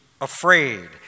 afraid